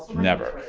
never.